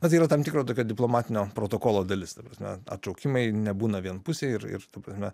na tai yra tam tikro tokio diplomatinio protokolo dalis ta prasme atšaukimai nebūna vienpusiai ir ir ta prasme